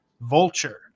Vulture